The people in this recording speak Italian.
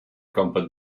compact